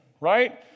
right